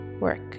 work